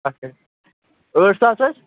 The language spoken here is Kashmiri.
ٲٹھ ساس حظ